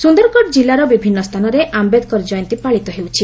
ସୁନ୍ଦରଗଡ଼ କିଲ୍ଲାର ବିଭିନ୍ନ ସ୍ଥାନରେ ଆମ୍ବେଦକର ଜୟନ୍ତୀ ପାଳିତ ହେଉଛି